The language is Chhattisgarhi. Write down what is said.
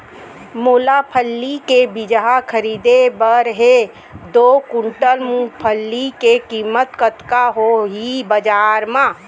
मोला फल्ली के बीजहा खरीदे बर हे दो कुंटल मूंगफली के किम्मत कतका होही बजार म?